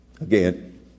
Again